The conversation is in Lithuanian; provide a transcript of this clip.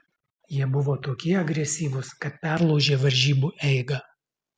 jie buvo tokie agresyvūs kad perlaužė varžybų eigą